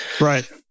right